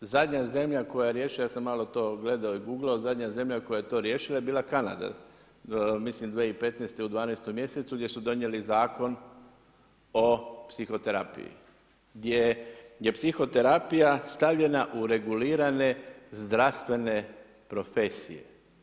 Zadnja zemlja koja je riješila, ja sam malo to gledao i guglao, zadnja zemlja koja je to riješila je bila Kanada, mislim 2015. u 12. mjesecu gdje su donijeli Zakon o psihoterapiji gdje je psihoterapija stavljena u regulirane zdravstvene profesije.